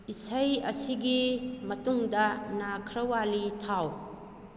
ꯏꯁꯩ ꯑꯁꯤꯒꯤ ꯃꯇꯨꯡꯗ ꯅꯥꯈ꯭ꯔꯋꯥꯂꯤ ꯊꯥꯎ